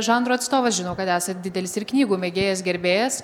žanro atstovas žinau kad esat didelis ir knygų mėgėjas gerbėjas